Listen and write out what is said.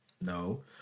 No